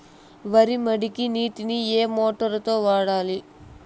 వరి మడికి నీటిని ఏ మోటారు తో వాడాలి?